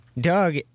Doug